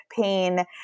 pain